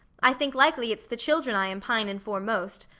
i think likely it's the children i am pinin' for most,